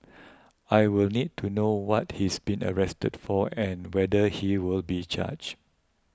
I will need to know what he's been arrested for and whether he will be charged